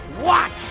watch